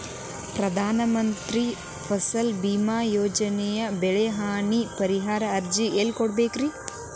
ಪ್ರಧಾನ ಮಂತ್ರಿ ಫಸಲ್ ಭೇಮಾ ಯೋಜನೆ ಬೆಳೆ ನಷ್ಟ ಪರಿಹಾರದ ಅರ್ಜಿನ ಎಲ್ಲೆ ಕೊಡ್ಬೇಕ್ರಿ?